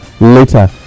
later